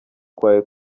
kwawe